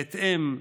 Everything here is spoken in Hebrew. בהתאם,